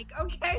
Okay